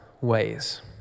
ways